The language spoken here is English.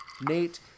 Nate